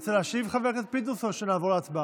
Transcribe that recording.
תרצה להשיב, חבר הכנסת פינדרוס, או שנעבור להצבעה?